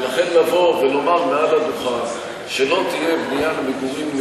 ולכן לבוא ולומר מעל הדוכן שלא תהיה בנייה למגורים,